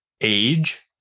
Age